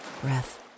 breath